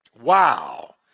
Wow